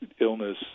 illness